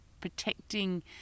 protecting